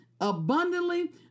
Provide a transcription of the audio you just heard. abundantly